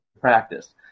practice